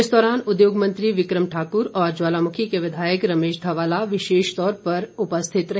इस दौरान उद्योग मंत्री विक्रम ठाकुर और ज्वालामुखी के विधायक रमेश ध्वाला विशेष तौर पर उपस्थित रहे